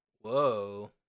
Whoa